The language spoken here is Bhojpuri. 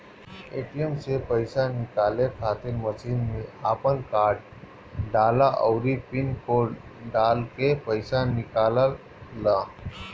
ए.टी.एम से पईसा निकाले खातिर मशीन में आपन कार्ड डालअ अउरी पिन कोड डालके पईसा निकाल लअ